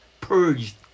purged